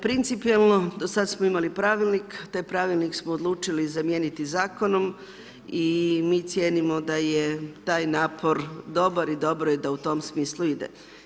Principijalno do sada smo imali pravilnik, taj pravilnik smo odlučili zamijeniti zakonom i mi cijenimo da je taj napor dobar i dobro je da u tom smislu ide.